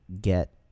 get